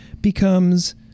becomes